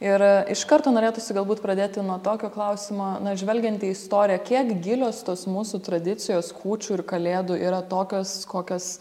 ir iš karto norėtųsi galbūt pradėti nuo tokio klausimo na žvelgiant į istoriją kiek gilios tos mūsų tradicijos kūčių ir kalėdų yra tokios kokias